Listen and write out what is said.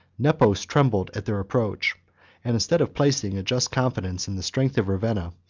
nepos trembled at their approach and, instead of placing a just confidence in the strength of ravenna,